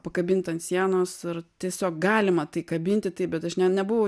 pakabint ant sienos ir tiesiog galima tai kabinti taip bet aš ne nebuvau